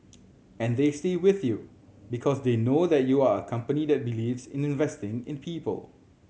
and they stay with you because they know that you are a company that believes in investing in people